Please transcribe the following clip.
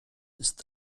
ist